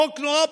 חוק נורא פשוט.